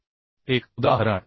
हे एक उदाहरण आहे